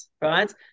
right